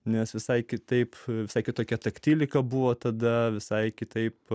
nes visai kitaip sakė tokia taktilika buvo tada visai kitaip